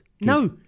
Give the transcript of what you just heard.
No